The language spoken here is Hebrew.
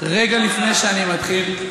רגע לפני שאני מתחיל,